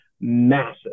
massive